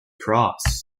cross